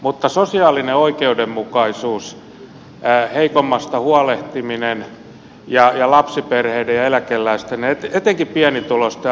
mutta sosiaalinen oikeudenmukaisuus heikommasta huolehtiminen ja lapsiperheiden ja eläkeläisten etenkin pienituloisten asia on tärkeä